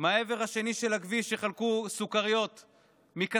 מהעבר השני של הכביש יחלקו סוכריות מכספי